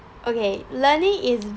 okay learning is